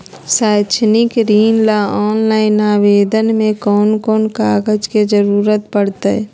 शैक्षिक ऋण ला ऑनलाइन आवेदन में कौन कौन कागज के ज़रूरत पड़तई?